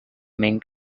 mink